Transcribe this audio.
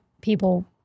people